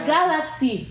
Galaxy